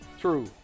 True